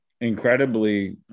incredibly